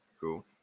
cool